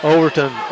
Overton